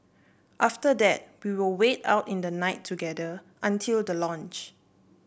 after that we will wait out the night together until the launch